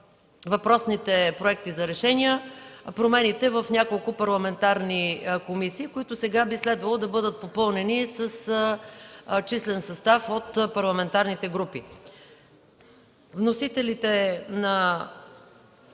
въпросните проекти за решения за промени в няколко парламентарни комисии. Сега би следвало те да бъдат попълнени с числен състав от парламентарните групи. Вносителите на